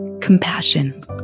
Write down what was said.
compassion